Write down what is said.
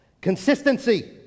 Consistency